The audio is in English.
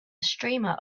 streamer